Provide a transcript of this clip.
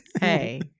Hey